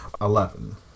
Eleven